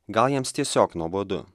gal jiems tiesiog nuobodu